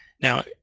now